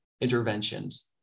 interventions